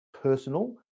personal